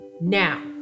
Now